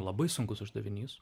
labai sunkus uždavinys